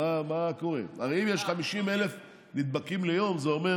הרי אם יש 50,000 נדבקים ליום זה אומר